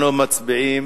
אנחנו מצביעים.